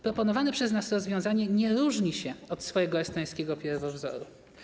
Proponowane przez nas rozwiązanie nie różni się od swojego estońskiego pierwowzoru.